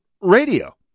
Radio